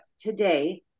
today